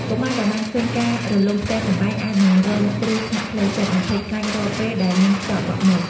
កុមារដែលបានឃើញការរលំផ្ទះសម្បែងអាចនឹងរងគ្រោះថ្នាក់ផ្លូវចិត្ត និងភ័យខ្លាចរាល់ពេលដែលមានខ្យល់បក់មក។